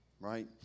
right